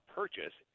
purchase